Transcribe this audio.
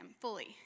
fully